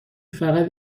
فقط